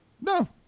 no